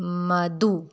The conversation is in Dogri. मधु